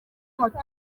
moto